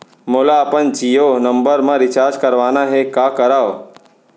मोला अपन Jio number म रिचार्ज करवाना हे, का करव?